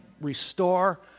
restore